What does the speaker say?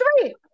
three